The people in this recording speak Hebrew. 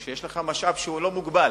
כשיש לך משאב שהוא לא מוגבל.